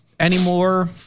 Anymore